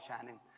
shining